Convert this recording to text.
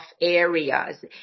areas